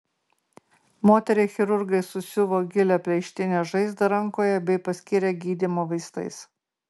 moteriai chirurgai susiuvo gilią plėštinę žaizdą rankoje bei paskyrė gydymą vaistais